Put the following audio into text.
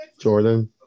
Jordan